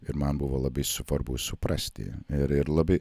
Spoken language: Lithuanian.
ir man buvo labai svarbu suprasti ir ir labai